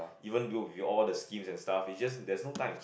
even do with all the schemes and stuff is just there's no time